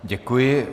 Děkuji.